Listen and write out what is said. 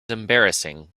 embarrassing